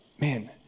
man